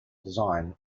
design